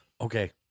okay